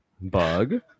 Bug